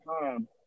time